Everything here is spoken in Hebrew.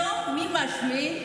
היום, מי משמין?